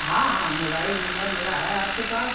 हाँ हाँ mobile number मेरा है आपके पास